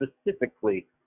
specifically